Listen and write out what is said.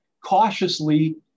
cautiously